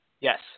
Yes